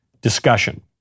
discussion